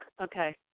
Okay